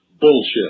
bullshit